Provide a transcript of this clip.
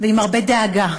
ועם הרבה דאגה,